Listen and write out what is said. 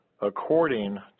according